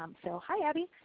um so hi, abby.